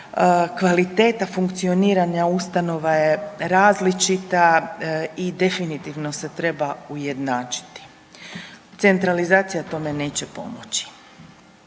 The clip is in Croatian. Kvaliteta funkcioniranja ustanova je različita i definitivno se treba ujednačiti, decentralizacija tome neće pomoći.